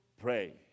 pray